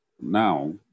now